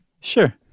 Sure